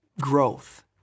growth